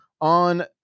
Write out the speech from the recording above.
on